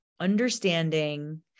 understanding